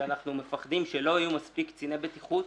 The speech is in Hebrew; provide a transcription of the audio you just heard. שאנחנו פוחדים שלא יהיו מספיק קציני בטיחות